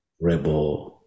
Rebel